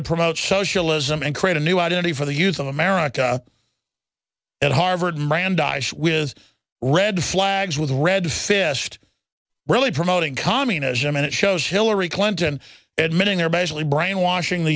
to promote socialism and create a new identity for the youth of america at harvard mirandize shwe is red flags with red fish to really promoting communism and it shows hillary clinton admitting they're basically brainwashing the